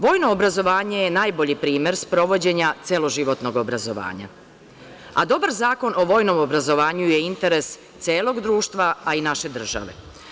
Vojno obrazovanje je najbolji primer sprovođenja celoživotnog obrazovanja, a dobar zakon o vojnom obrazovanju je interes celog društva, a i naše države.